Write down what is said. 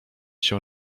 się